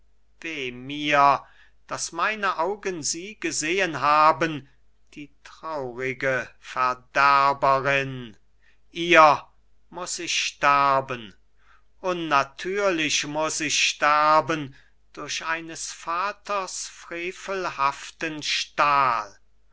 daß meine augen sie gesehen haben die traurige verderberin ihr muß ich sterben unnatürlich muß ich sterben durch eines vaters frevelhaften stahl